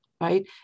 right